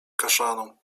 kaszaną